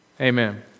Amen